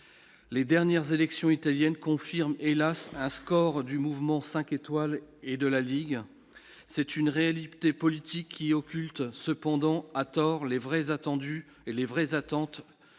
les dernières élections italiennes confirment, hélas, un score du Mouvement 5 étoiles et de la Ligue, c'est une réalité politique qui occulte cependant à tort les vrais attendu et les vrais attentes